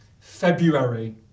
February